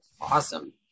Awesome